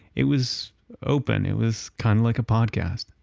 it was open. it was kind like a podcast.